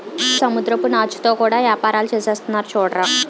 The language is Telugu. సముద్రపు నాచుతో కూడా యేపారాలు సేసేస్తున్నారు సూడరా